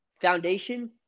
foundation